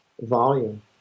volume